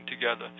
together